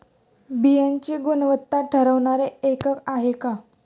बियाणांची गुणवत्ता ठरवणारे एकक आहे का?